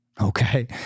okay